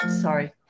sorry